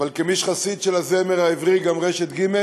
אבל כמי שחסיד של הזמר העברי, גם רשת ג',